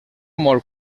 molt